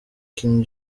king